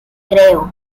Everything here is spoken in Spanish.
creo